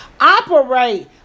operate